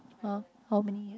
!huh! how many years